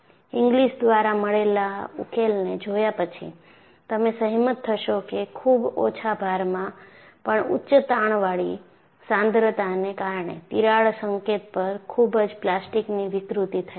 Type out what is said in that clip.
English દ્વારા મળેલા ઉકેલને જોયા પછી તમે સહેમત થશો કે ખૂબ ઓછા ભારમાં પણ ઉચ્ચ તાણવળી સાંદ્રતાને કારણે તિરાડ સંકેત પર ખુબજ પ્લાસ્ટિકની વિકૃતિ થાય છે